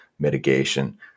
mitigation